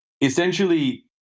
essentially